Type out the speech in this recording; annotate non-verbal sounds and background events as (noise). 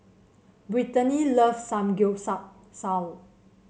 Brittney loves Samgeyopsal (unintelligible)